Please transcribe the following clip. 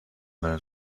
learn